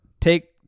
take